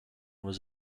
was